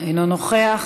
אינו נוכח,